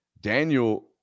Daniel